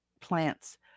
plants